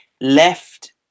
left